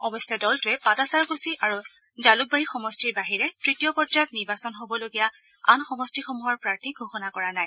অৱশ্যে দলটোৱে পাটাছাৰকুছি আৰু জালুকবাৰী সমষ্টিৰ বাহিৰে তৃতীয় পৰ্যায়ত নিৰ্বাচন হ'বলগীয়া আন সমষ্টিসমূহৰ প্ৰাৰ্থী ঘোষণা কৰা নাই